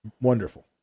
Wonderful